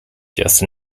just